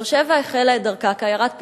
באר-שבע החלה את דרכה כעיירת פיתוח.